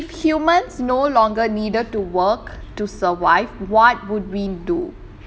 if humans no longer needed to work to survive what would we do